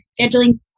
scheduling